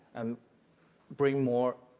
and bringing more